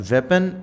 Weapon